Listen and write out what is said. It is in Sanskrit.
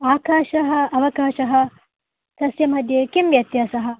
आकाशः अवकाशः तस्य मध्ये किं व्यत्यासः